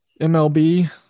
MLB